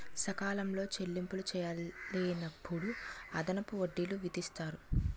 సకాలంలో చెల్లింపులు చేయలేనప్పుడు అదనపు వడ్డీలు విధిస్తారు